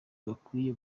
gakwiye